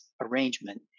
arrangement